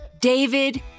David